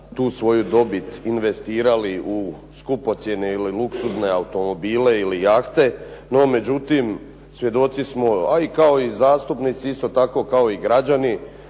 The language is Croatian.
tu svoju dobit investirali u skupocjene ili luksuzne automobile ili jahte. No međutim, svjedoci smo a i kao i zastupnici, isto tako kao i građani,